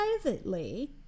privately